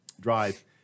Drive